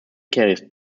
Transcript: carries